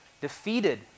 defeated